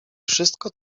wszystko